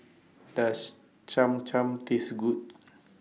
Does Cham Cham Taste Good